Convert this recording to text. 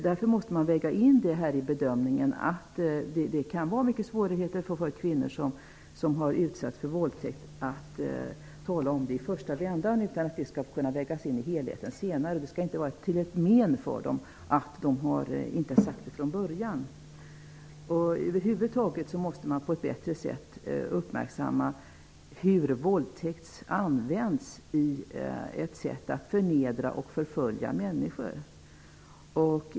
Därför måste man väga in i bedömningen att det kan vara mycket svårt att få kvinnor som har utsatts för våldtäkt att tala om detta i första vändan. Det skall kunna vägas in i helheten senare. Det skall inte vara till men för dem att de inte har sagt det från början. Man måste över huvud taget på ett bättre sätt uppmärksamma hur våldtäkt används som ett sätt att förnedra och förfölja människor.